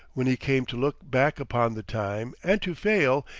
when he came to look back upon the time and to fail,